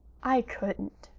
i couldn't,